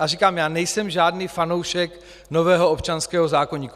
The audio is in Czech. Říkám, já nejsem žádný fanoušek nového občanského zákoníku.